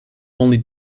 only